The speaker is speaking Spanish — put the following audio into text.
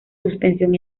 suspensión